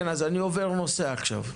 כן אז אני עובר נושא עכשיו,